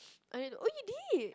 I need to oh you did